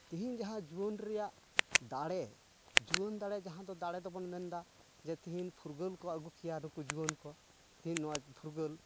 ᱛᱤᱦᱤᱧ ᱡᱟᱦᱟᱸ ᱡᱩᱣᱟᱹᱱ ᱨᱮᱭᱟᱜ ᱫᱟᱲᱮ ᱡᱩᱣᱟᱹᱱ ᱫᱟᱲᱮ ᱡᱟᱦᱟᱸ ᱫᱚ ᱫᱟᱲᱮ ᱫᱚᱵᱚᱱ ᱢᱮᱱ ᱮᱫᱟ ᱡᱮ ᱛᱤᱦᱤᱧ ᱯᱷᱩᱨᱜᱟᱹᱞ ᱠᱚ ᱟᱹᱜᱩ ᱠᱮᱭᱟ ᱱᱩᱠᱩ ᱡᱩᱣᱟᱹᱱ ᱠᱚ ᱛᱤᱦᱤᱧ ᱱᱚᱣᱟ ᱯᱷᱩᱨᱜᱟᱹᱞ